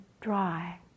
dry